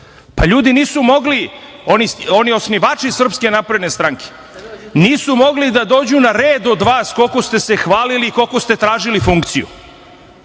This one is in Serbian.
Pa ljudi nisu mogli, oni osnivači SNS, nisu mogli da dođu na red od vas koliko ste se hvalili i koliko ste tražili funkciju.